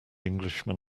englishman